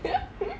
ya